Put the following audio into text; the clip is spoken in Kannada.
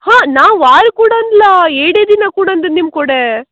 ಹಾಂ ನಾವು ವಾರ ಕೂಡ ಅನ್ಲಾ ಎರಡೆ ದಿನ ಕೊಡಿ ಅಂದದ್ದು ನಿಮ್ಮ ಕೂಡ